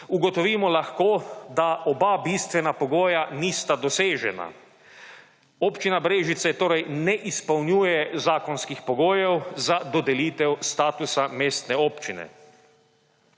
Ugotovimo lahko, da oba bistvena pogoja nista dosežena. Občina Brežice torej ne izpolnjuje zakonskih pogojev za dodelitev statusa mestne občine.